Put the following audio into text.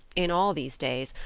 in all these days,